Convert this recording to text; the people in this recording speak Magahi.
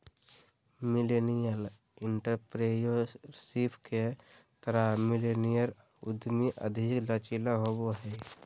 मिलेनियल एंटरप्रेन्योरशिप के तहत मिलेनियल उधमी अधिक लचीला होबो हय